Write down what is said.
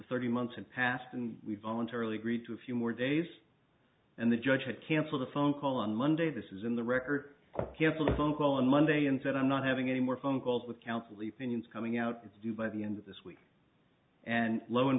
thirty months had passed and we voluntarily agreed to a few more days and the judge had canceled a phone call on monday this is in the record cancel a phone call on monday and said i'm not having any more phone calls with council eep indians coming out to do by the end of this week and lo and